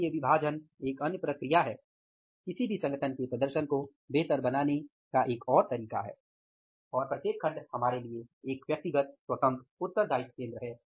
इसलिए विभाजन एक अन्य प्रक्रिया है किसी भी संगठन के प्रदर्शन को बेहतर बनाने का एक और तरीका है और प्रत्येक खंड हमारे लिए एक व्यक्तिगत स्वतंत्र उत्तरदायित्व केंद्र है